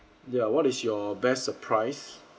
ya what is your best surprise